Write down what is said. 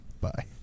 Bye